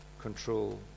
control